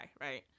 right